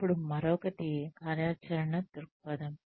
అప్పుడు మరొకటి కార్యాచరణ దృక్పథం